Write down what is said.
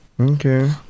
Okay